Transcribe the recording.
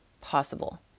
possible